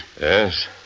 Yes